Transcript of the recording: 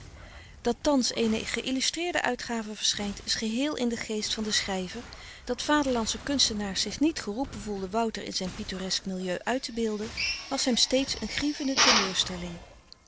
dat thans eene geïllustreerde uitgave verschijnt is geheel in den geest van den schrijver dat vaderlandsche kunstenaars zich niet geroepen voelden wouter in zijn pittoresk milieu uit te beelden was hem steeds een grievende teleurstelling